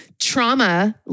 trauma